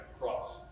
Cross